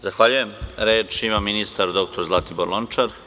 Zahvaljujem, reč ima ministar Zlatibor Lončar.